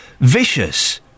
vicious